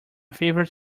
favorite